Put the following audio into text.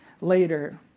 later